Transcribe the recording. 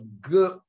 good